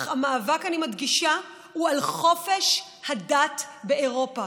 אך המאבק, אני מדגישה, הוא על חופש הדת באירופה.